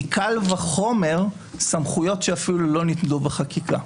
מקל וחומר סמכויות שאפילו לא ניתנו בחקיקה.